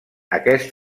aquest